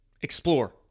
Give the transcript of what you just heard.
explore